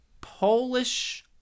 Polish